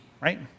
right